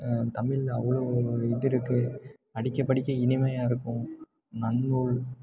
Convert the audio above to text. தமிழ்ல அவ்வளோ ஒரு இது இருக்குது படிக்க படிக்க இனிமையாக இருக்கும் நன்னூல்